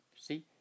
see